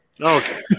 Okay